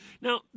Now